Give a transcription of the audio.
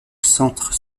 centre